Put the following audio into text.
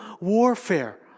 warfare